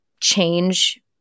change